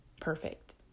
perfect